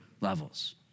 levels